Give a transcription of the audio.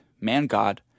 man-god